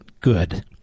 good